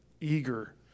eager